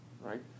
right